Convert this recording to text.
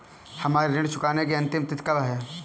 हमारी ऋण चुकाने की अंतिम तिथि कब है?